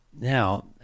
now